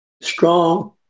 strong